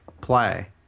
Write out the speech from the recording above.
play